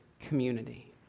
community